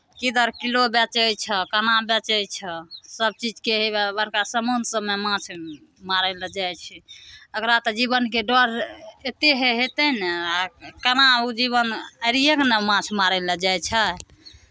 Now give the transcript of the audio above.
की दर किलो बेचै छह केना बेचै छह सभ चीजके हउएह बड़का समुद्र सभमे माछ मारय लेल जाइ छै एकरा तऽ जीवनके डर एतेक हे हेतै ने आ केना ओ जीवन हारिएके ने माछ मारय लेल जाइ छै